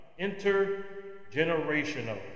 intergenerational